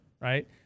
right